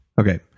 Okay